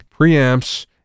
preamps